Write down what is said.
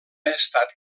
estat